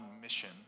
mission